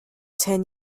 ten